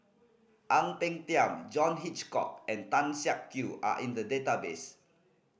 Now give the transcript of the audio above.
Ang Peng Tiam John Hitchcock and Tan Siak Kew are in the database